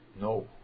No